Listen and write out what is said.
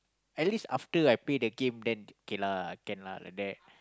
at least after I play the game then okay lah can lah like that